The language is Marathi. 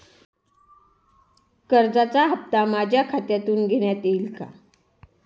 कर्जाचा हप्ता माझ्या खात्यातून घेण्यात येईल का?